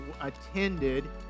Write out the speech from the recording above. attended